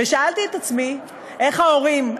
ושאלתי את עצמי איך ההורים,